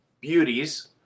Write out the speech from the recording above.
beauties